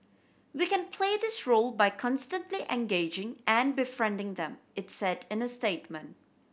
we can play this role by constantly engaging and befriending them it said in a statement